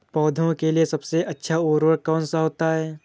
पौधे के लिए सबसे अच्छा उर्वरक कौन सा होता है?